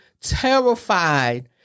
terrified